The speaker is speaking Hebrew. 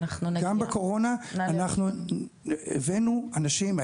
גם בקורונה אנחנו הבאנו אנשים,